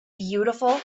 beautiful